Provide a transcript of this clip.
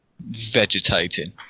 vegetating